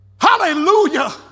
hallelujah